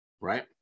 right